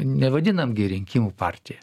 nevadinam gi rinkimų partija